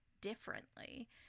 differently